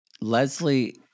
Leslie